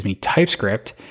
TypeScript